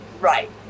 Right